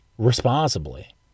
Responsibly